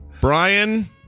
Brian